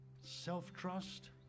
self-trust